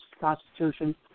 Constitution